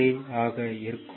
3 ஆக இருக்கும்